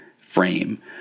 frame